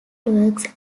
works